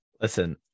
Listen